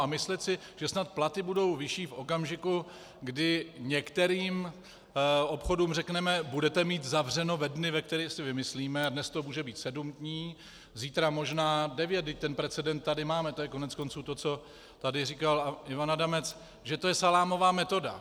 A myslet si, že snad platy budou vyšší v okamžiku, kdy některým obchodům řekneme: budete mít zavřeno ve dnech, které si vymyslíme dnes to může být sedm dní, zítra možná devět, vždyť ten precedent tady máme, to je koneckonců to, co tady říkal Ivan Adamec, že to je salámová metoda.